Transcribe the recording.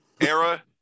era